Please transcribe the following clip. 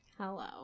Hello